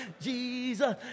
Jesus